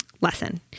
lesson